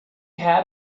had